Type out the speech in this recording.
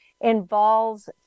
involves